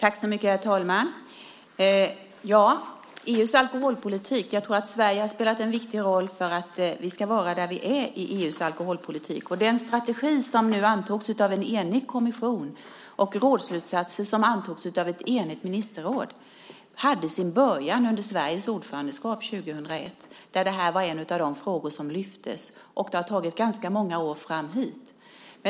Herr talman! Jag tror att Sverige har spelat en viktig roll för att vi ska vara där vi är i EU:s alkoholpolitik. Den strategi som nu antogs av en enig kommission och de rådsslutsatser som antogs av ett enigt ministerråd hade sin början under Sveriges ordförandeskap 2001, där det här var en av de frågor som lyftes fram. Det har tagit ganska många år fram hit.